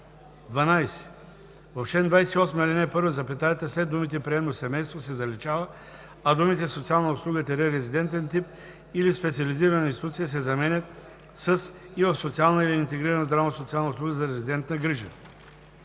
12. В чл. 28, ал. 1 запетаята след думите „приемно семейство“ се заличава, а думите „социална услуга – резидентен тип или в специализирана институция“ се заменят с „и в социална или интегрирана здравно-социална услуга за резидентна грижа“.